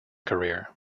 career